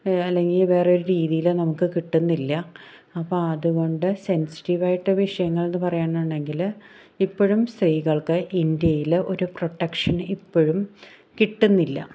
അല്ലെങ്കിൽ വേറൊരു രീതിയിലോ നമുക്ക് കിട്ടുന്നില്ല അപ്പോൾ അതുകൊണ്ട് സെൻസിറ്റീവ് ആയിട്ട് വിഷയങ്ങൾ എന്ന് പറയാനാണെങ്കിൽ ഇപ്പോഴും സ്ത്രീകൾക്ക് ഇന്ത്യയിൽ ഒരു പ്രൊട്ടക്ഷൻ ഇപ്പോഴും കിട്ടുന്നില്ല